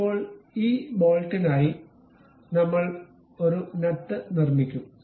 ഇപ്പോൾ ഈ ബോൾട്ടിനായി നമ്മൾ ഒരു നട്ട് നിർമ്മിക്കും